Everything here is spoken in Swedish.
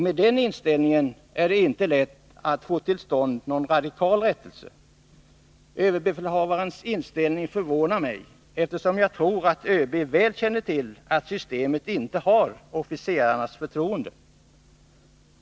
Med den inställningen är det inte lätt att få till stånd någon radikal rättelse. Överbefälhavarens inställning förvånar mig, eftersom jag tror att ÖB väl känner till att systemet inte har officerarnas förtroende.